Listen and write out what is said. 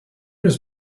was